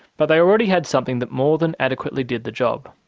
but they already had something that more than adequately did the job.